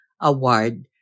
Award